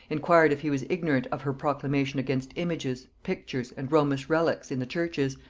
inquired if he was ignorant of her proclamation against images, pictures, and romish reliques in the churches,